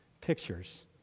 pictures